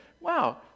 Wow